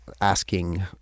asking